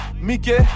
mickey